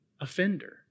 offender